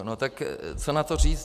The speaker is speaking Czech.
No tak co na to říct?